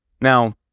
Now